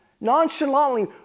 nonchalantly